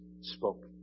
spoke